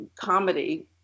comedy